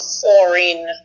foreign